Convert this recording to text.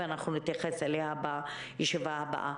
אנחנו נתייחס אליה בישיבה הבאה.